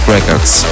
Records